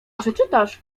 przeczytasz